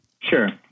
Sure